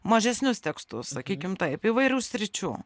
mažesnius tekstus sakykim taip įvairių sričių